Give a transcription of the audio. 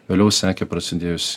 vėliau sekė prasidėjus